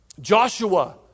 Joshua